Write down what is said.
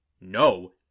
no